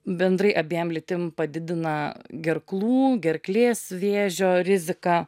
bendrai abiem lytim padidina gerklų gerklės vėžio riziką